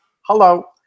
Hello